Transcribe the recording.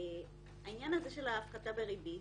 עניין ההפחתה בריבית,